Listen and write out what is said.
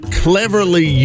cleverly